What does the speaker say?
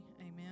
Amen